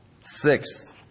Sixth